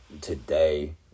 today